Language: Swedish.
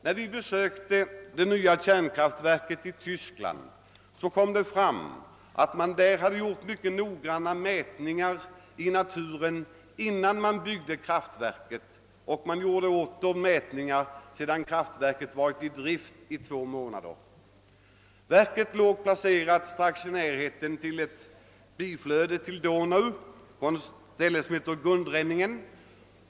När vi besökte det nya kärnkraftver ket i Tyskland kom det fram, att man där hade gjort mycket noggranna mätningar i naturen, innan man byggde kraftverket, och sedan åter gjort mätningar, när kraftverket varit i drift i två månader. Det var placerat i närheten av ett biflöde till Donau på ett ställe som hette Gundremmingen.